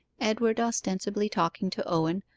edward ostensibly talking to owen,